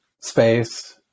space